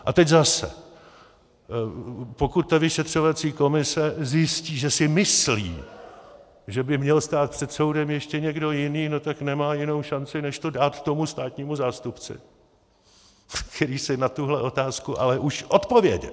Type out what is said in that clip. A teď zase pokud ta vyšetřovací komise zjistí, že si myslí, že by měl stát před soudem ještě někdo jiný, no tak nemá jinou šanci než to dát tomu státnímu zástupci, který si na tuhle otázku ale už odpověděl.